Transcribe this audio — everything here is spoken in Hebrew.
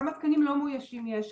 כמה תקנים לא מאוישים יש,